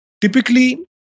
typically